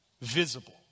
visible